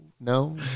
no